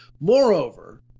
Moreover